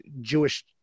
Jewish